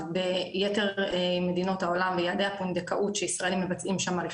ביתר מדינות העולם ביעדי הפונדקאות שישראלים מבצעים שם הליכי